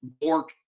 Bork